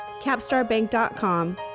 capstarbank.com